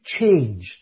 changed